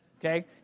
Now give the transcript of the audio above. Okay